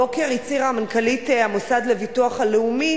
הבוקר הצהירה מנכ"לית המוסד לביטוח הלאומי